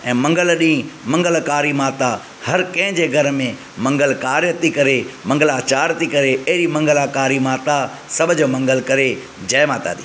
ऐं मंगल ॾींहुं मंगलाकारी माता हर कंहिंजे घर में मंगल कार्य थी करे मंगलाचार थी करे अहिड़ी मंगलाकारी माता सभ जो मंगल करे जय माता दी